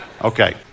Okay